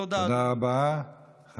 תודה, אדוני.